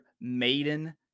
maiden